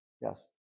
Yes